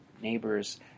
neighbors